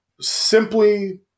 simply